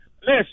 Listen